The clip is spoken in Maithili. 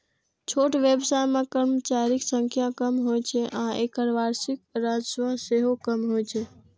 छोट व्यवसाय मे कर्मचारीक संख्या कम होइ छै आ एकर वार्षिक राजस्व सेहो कम होइ छै